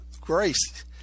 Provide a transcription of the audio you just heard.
Grace